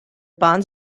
barnes